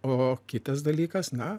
o kitas dalykas na